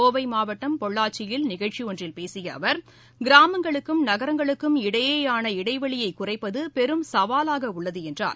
கோவை மாவட்டம் பொள்ளாச்சியில் நிகழ்ச்சி ஒன்றில் பேசிய அவர் கிராமங்களுக்கும் நகரங்களுக்கும் இடையேயான இடைவெளியை குறைப்பது பெரும் சவாலாக உள்ளது என்றார்